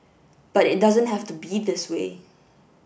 but it doesn't have to be this way